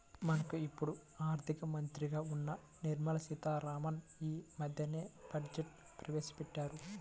మనకు ఇప్పుడు ఆర్థిక మంత్రిగా ఉన్న నిర్మలా సీతారామన్ యీ మద్దెనే బడ్జెట్ను ప్రవేశపెట్టారు